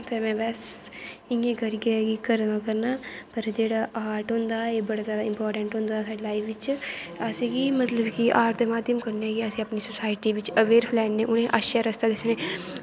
ते में बस इयां करियै इ घरे दा करना पर जेह्ड़ा आर्ट होंदा एह् बड़ा जादा जरूरी होंदी साढ़ी लाईफ च असेंगी मतलव आर्ट दे माध्यम कन्नैं गेै अस सोसाईटी बिच्च अवेयर रैह्ने उनेंगी अच्चा रस्ता दस्सने